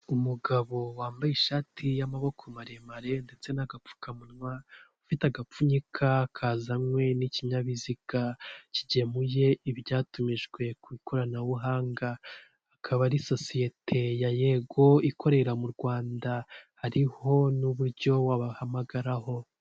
Umugabo wambaye ishati y'amaboko maremare ndetse n'agapfukamunwa ufite agapfunyika kazanywe n'ikinyabiziga kigemuye ibyatumijwe ku ikoranabuhanga, akaba ari sosiyete ya yego ikorera mu rwanda hariho n'uburyo wabahamagararaho.